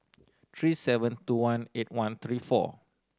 three seven two one eight one three four